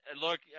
look